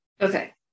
Okay